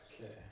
Okay